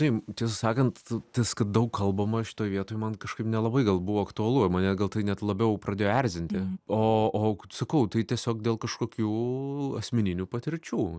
taip tiesą sakant tas kad daug kalbama šitoj vietoj man kažkaip nelabai gal buvo aktualu ir mane gal tai net labiau pradėjo erzinti o o sakau tai tiesiog dėl kažkokių asmeninių patirčių